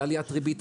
זאת עליית ריבית,